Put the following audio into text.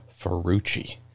Ferrucci